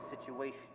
situation